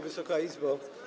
Wysoka Izbo!